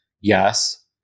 yes